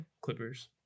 clippers